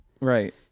Right